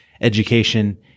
education